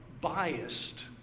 biased